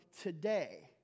today